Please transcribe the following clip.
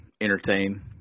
entertain